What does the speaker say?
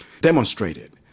demonstrated